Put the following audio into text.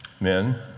men